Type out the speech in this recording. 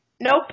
nope